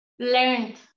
Learned